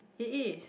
it is